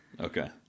Okay